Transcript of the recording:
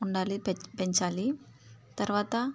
ఉండాలి పే పెంచాలి తర్వాత